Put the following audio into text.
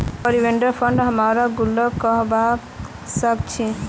provident फंडक हमरा गुल्लको कहबा सखछी